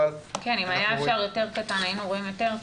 אבל אנחנו רואים --- אם היה אפשר יותר קטן היינו רואים יותר טוב.